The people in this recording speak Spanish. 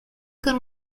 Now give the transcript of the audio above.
con